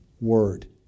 word